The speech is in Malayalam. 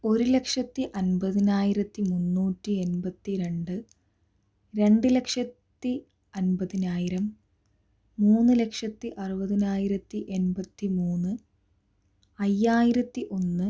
ഒരു ലക്ഷത്തി അൻപതിനായിരത്തി മുന്നൂറ്റി എൺപത്തി രണ്ട് രണ്ട് ലക്ഷത്തി അൻപതിനായിരം മൂന്ന് ലക്ഷത്തി അറുപത്തിനായിരത്തി എൺപത്തി മൂന്ന് അയ്യായിരത്തി ഒന്ന്